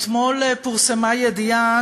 אתמול פורסמה ידיעה,